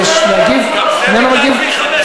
אתה מעתיק את זועבי.